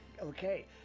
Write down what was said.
Okay